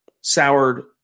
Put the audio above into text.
soured